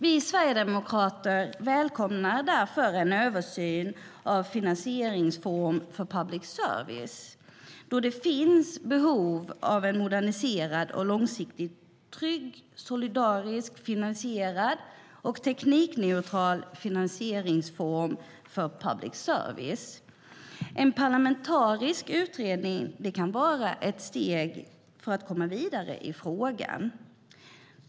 Vi sverigedemokrater välkomnar därför en översyn av finansieringsformen för public service, då det finns behov av en moderniserad och långsiktigt trygg, solidariskt finansierad och teknikneutral finansieringsform för public service. En parlamentarisk utredning kan vara ett steg för att komma vidare i frågan.